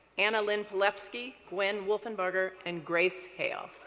anna lynn-palevsky, gwen wolfenbarger, and grace hale.